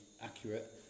accurate